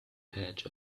edge